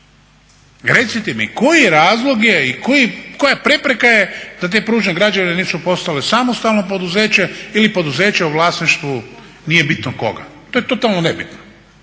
Recite mi koji je razlog i koja prepreka je da te Pružne građevine nisu postale samostalno poduzeće ili poduzeće u vlasništvu nije bitno koga? To je totalno nebitno,